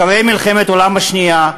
אחרי מלחמת העולם השנייה,